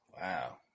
Wow